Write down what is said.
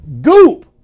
Goop